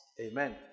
amen